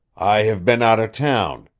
i have been out of town,